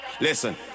Listen